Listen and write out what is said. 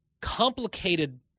complicated